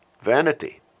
vanity